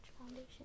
foundation